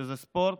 שזה ספורט,